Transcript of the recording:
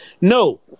No